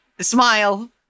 smile